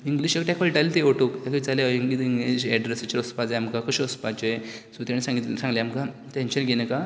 English तेका कळटाले ती ओटोक तेका विचारलें एड्रेसीचेर वसपाक जाय आमकां कशें वसपाचें सो तेणें सांगिल्लें सांगलें आमकां टेन्शन घेय नाका